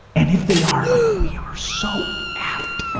and if they are, like we are so f'ed.